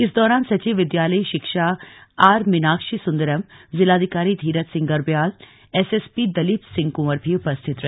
इस दौरान सचिव विद्यालयी शिक्षा आर मीनाक्षी सुंदरम जिलाधिकारी धीरज सिंह गर्ब्याल एसएसपी दलीप सिंह कुंवर भी उपस्थित रहे